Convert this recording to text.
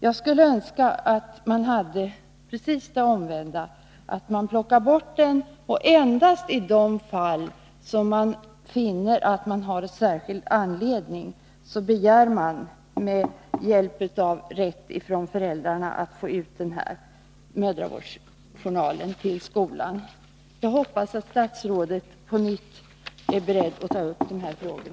Jag skulle önska att man gjorde precis tvärtom, att man plockade bort den delen och endast i de fall där det finns särskild anledning med hjälp av föräldrarna begär att få ut mödravårdsjournalen till skolan. Jag hoppas att statsrådet är beredd att på nytt ta upp dessa frågor.